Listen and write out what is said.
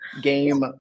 Game